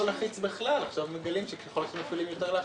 אף אחד לא עוזר שם לבעלי העסקים.